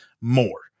more